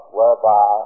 whereby